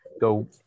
go